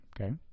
Okay